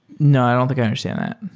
no. i don't think i understand that.